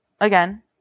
again